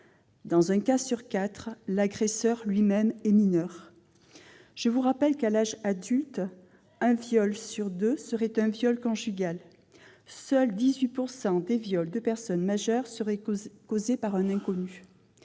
Dans un cas sur quatre, l'agresseur est lui-même mineur. Je rappelle que, à l'âge adulte, un viol sur deux serait un viol conjugal. Seulement 18 % des viols de personnes majeures seraient le fait d'un inconnu.